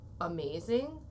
amazing